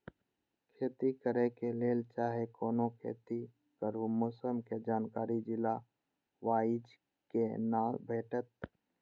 खेती करे के लेल चाहै कोनो खेती करू मौसम के जानकारी जिला वाईज के ना भेटेत?